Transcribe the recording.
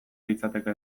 litzateke